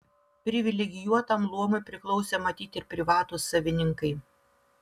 privilegijuotam luomui priklausė matyt ir privatūs savininkai